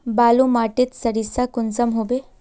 बालू माटित सारीसा कुंसम होबे?